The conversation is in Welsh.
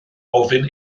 ofyn